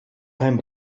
kein